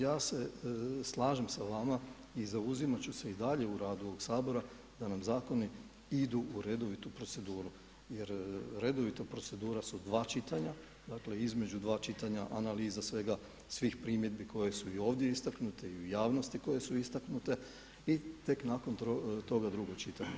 Ja se slažem sa vama i zauzimati ću se i dalje u radu ovog Sabora da nam zakoni idu u redovitu proceduru jer redovita procedura su dva čitanja, dakle između dva čitanja analiza svega, svih primjedbi koje su i ovdje istaknute i u javnosti koje su istaknute i tek nakon toga drugo čitanje.